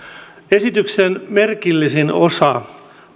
esityksen merkillisin osa